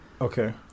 Okay